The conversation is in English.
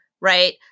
right